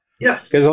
Yes